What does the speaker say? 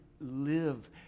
live